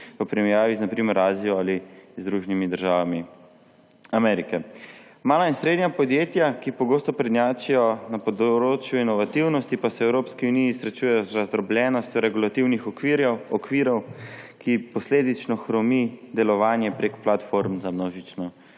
na primer Azijo ali Združenimi državami Amerike. Mala in srednja podjetja, ki pogosto prednjačijo na področju inovativnosti, se v Evropski uniji srečujejo z razdrobljenostjo regulativnih okvirov, ki posledično hromi delovanje prek platform za množično